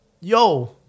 yo